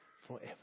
forever